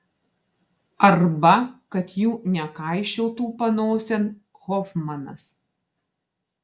arba kad jų nekaišiotų panosėn hofmanas